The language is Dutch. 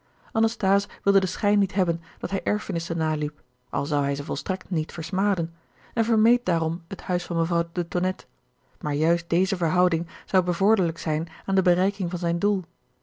anasthase wilde den schijn niet hebben dat hij erfenissen naliep al zou hij ze volstrekt niet versmaden en vermeed daarom het huis van mevrouw de tonnette maar juist deze verhouding zou bevorderlijk zijn aan de bereiking van zijn doel